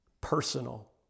personal